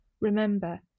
Remember